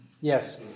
Yes